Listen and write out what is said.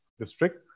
district